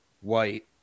White